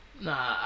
Nah